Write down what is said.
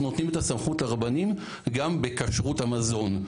נותנים את הסמכות לרבנים גם בכשרות המזון,